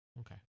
Okay